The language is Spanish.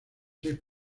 seis